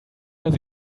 dass